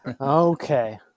Okay